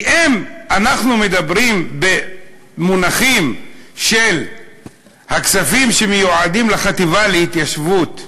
כי אם אנחנו מדברים במונחים של הכספים שמיועדים לחטיבה להתיישבות,